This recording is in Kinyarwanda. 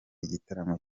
igitaramo